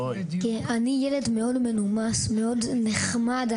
א': אני ילד מאוד מנומס ומאוד נחמד,